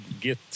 get